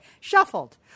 shuffled